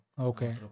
Okay